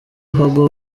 hagowe